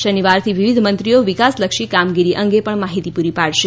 શનિવારથી વિવિધ મંત્રીઓ વિકાસલક્ષી કામગીરી અંગે પણ માહિતી પૂરી પાડશે